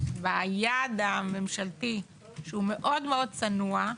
ביעד הממשלתי שהוא מאוד מאוד צנוע,